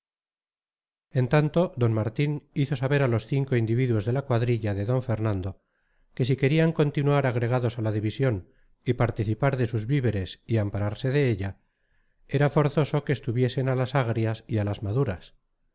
en tanto d martín hizo saber a los cinco individuos de la cuadrilla de d fernando que si querían continuar agregados a la división y participar de sus víveres y ampararse de ella era forzoso que estuviesen a las agrias y a las maduras